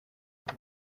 uru